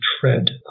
tread